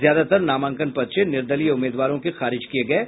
ज्यादातर नामांकन पर्चे निर्दलीय उम्मीदवारों के खारिज किये गये